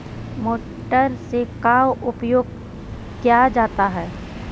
Motor से का उपयोग क्या जाता है?